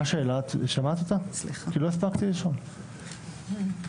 בחוק צריכת זנות עשינו עבירה מינהלית בחקיקה ראשית.